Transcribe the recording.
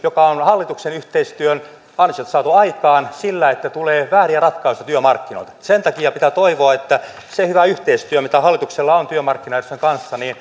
joka on hallituksen yhteistyön ansiosta saatu aikaan sillä että tulee vääriä ratkaisuja työmarkkinoilta sen takia pitää toivoa että se hyvä yhteistyö mitä hallituksella on työmarkkinajärjestöjen kanssa